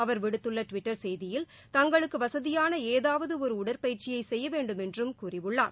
அவர் விடுத்துள்ள டுவிட்டர் செய்தியில் தங்களுக்கு வசதியான ஏதாவது ஒரு உடற்பயிற்சியை செய்ய வேண்டுமென்றும் அவர் கூறியுள்ளார்